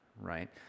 right